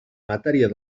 matèria